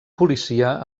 policia